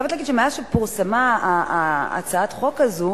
אני חייבת להגיד שמאז פורסמה הצעת החוק הזאת